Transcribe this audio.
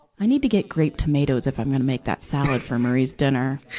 i need to get grape tomatoes, if i'm gonna make that salad for marie's dinner.